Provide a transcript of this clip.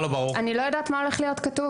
אני לא יודעת מה הולך להיות כתוב